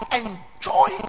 enjoy